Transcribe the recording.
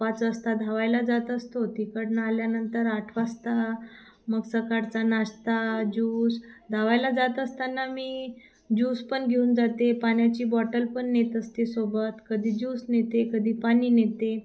पाच वाजता धावायला जात असतो तिकडन आल्यानंतर आठ वाजता मग सकाळचा नाश्ता ज्यूस धावायला जात असताना मी ज्यूस पण घेऊन जाते पाण्याची बॉटल पण नेत असते सोबत कधी ज्यूस नेते कधी पाणी नेते